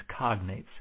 cognates